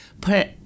put